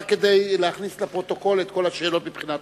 רק כדי להכניס לפרוטוקול את כל השאלות מהבחינה הפרוצדורלית.